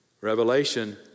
Revelation